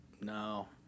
no